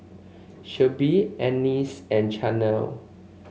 Shelby Anais and Chanelle